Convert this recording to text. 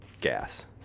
gas